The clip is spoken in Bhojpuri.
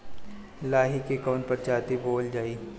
लाही की कवन प्रजाति बोअल जाई?